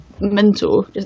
mental